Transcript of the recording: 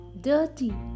dirty